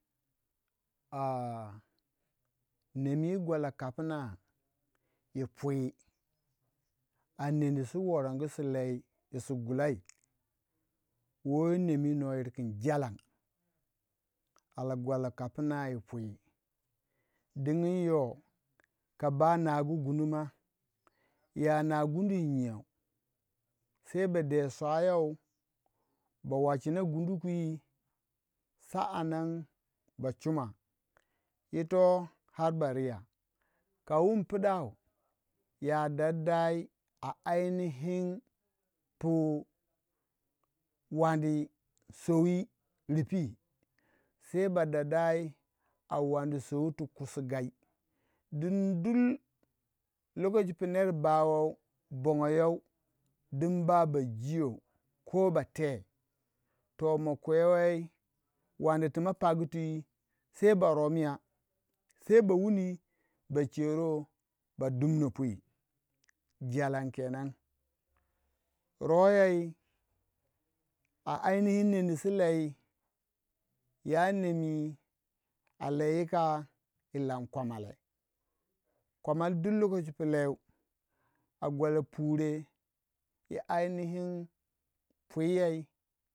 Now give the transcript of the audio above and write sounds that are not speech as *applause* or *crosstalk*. *hesitation* Nem wu gwala kapna wi pwi a nendi su kerengu yi si si gulai wo, mem wi no yur kin jalam a gwala kapina yi pwi, digim yo kaba nagu gunu ya na gundu yi nyau se bade swa yau ba wa dina gundu bi sa'an nan ba chum ma yito har ba riya kawun pidau yar dar a ainihi pou wandi sowi ripi sai badadai ara wandi tum kusigi din dun lokoci pu ner ba wau bongo you din baba jiyo ko bate to makkwe wei, wandi ti a pagu twi sei ba romya, se ba wuni ba cero badumna pwi jalam kenan, ro yo a ainihi nem ni su lei ya nem wu lang kwamale kawma duk lokoci pu lei a gwala pure yi ainihin pwiyei.